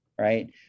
right